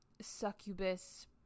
succubus